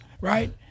right